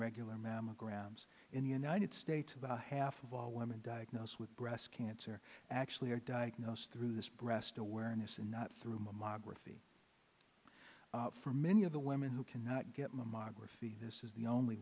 regular mammograms in the united states about half of all women diagnosed with breast cancer actually are diagnosed through this breast awareness and not through mammography for many of the women who cannot get mammography this is the only